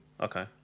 Okay